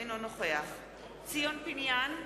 אינו נוכח ציון פיניאן,